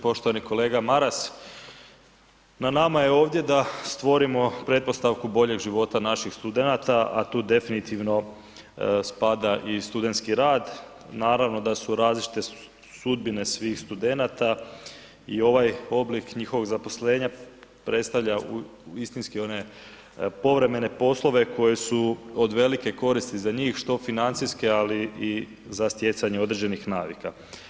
Poštovani kolega Maras, na nama je ovdje da stvorimo pretpostavku boljeg života naših studenata, a tu definitivno spada i studentski rad, naravno da su različite sudbine svih studenata i ovaj oblik njihovog zaposlenja predstavlja istinski one povremene poslove koji su od velike koristi za njih, što financijske, ali i za stjecanje određenih navika.